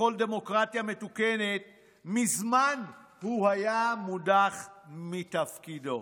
בכל דמוקרטיה מתוקנת מזמן הוא היה מודח מתפקידו.